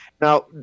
now